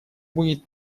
будет